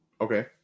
Okay